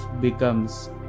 becomes